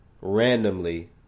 randomly